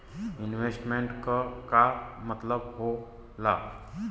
Investment क का मतलब हो ला?